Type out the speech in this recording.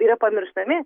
yra pamirštami